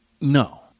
No